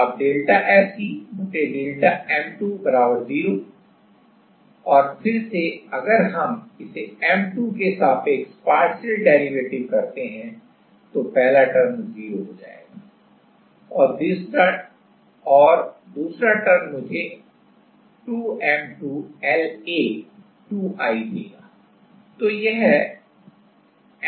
अब delta SE delta M2 0 और फिर से अगर हम इसे M 2 के सापेक्ष partial derivative करते हैं तो पहला टर्म 0 हो जाएगा और दूसरा टर्म मुझे 2 M2 L A 2I देगा